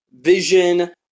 vision